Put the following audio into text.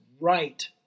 right